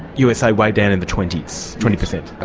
usa way down in the twenty s, twenty percent.